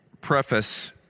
preface